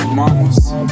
mamas